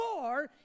more